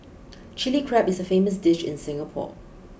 Chilli Crab is a famous dish in Singapore